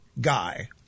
guy